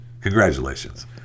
congratulations